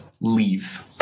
Leave